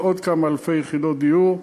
של עוד כמה אלפי יחידות דיור.